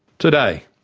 today,